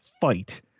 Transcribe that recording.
fight